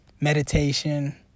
meditation